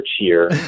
cheer